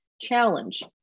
challenge